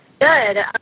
Good